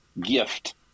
gift